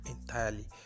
entirely